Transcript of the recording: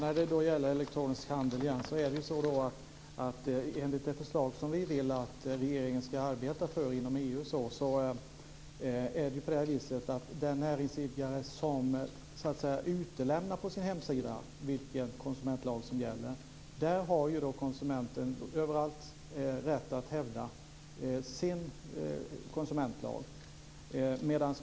Fru talman! Enligt det förslag om elektronisk handel som vi vill att regeringen ska arbeta för inom EU ska konsumenten överallt ha rätt att hävda sitt lands konsumentlag om en näringsidkare på sin hemsida utelämnar vilken konsumentlag som gäller.